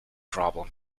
problem